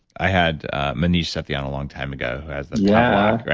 i had maneesh sethi on a long time ago who has, yeah right?